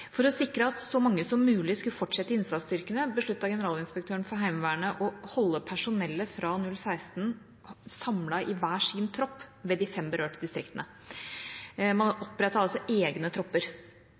For å sikre at så mange som mulig skulle fortsette i innsatsstyrkene, besluttet generalinspektøren for Heimevernet å holde personellet fra 016 samlet i hver sin tropp ved de fem berørte distriktene. Man opprettet altså egne tropper.